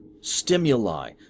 stimuli